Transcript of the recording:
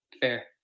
Fair